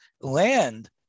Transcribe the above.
land